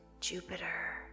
Jupiter